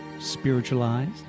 spiritualized